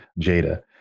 Jada